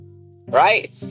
right